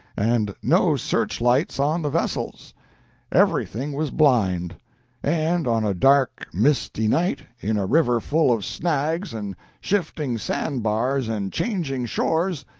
and no search-lights on the vessels everything was blind and on a dark, misty night, in a river full of snags and shifting sandbars and changing shores,